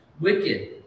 wicked